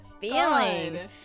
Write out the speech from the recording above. feelings